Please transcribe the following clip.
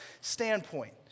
standpoint